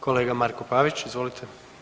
Kolega Marko Pavić, izvolite.